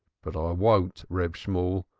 but i won't, reb shemuel,